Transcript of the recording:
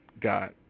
God